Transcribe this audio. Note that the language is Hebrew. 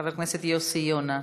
חבר הכנסת יוסי יונה,